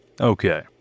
Okay